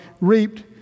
reaped